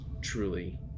truly